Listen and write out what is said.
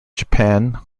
japan